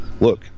Look